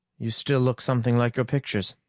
you still look something like your pictures.